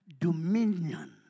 dominion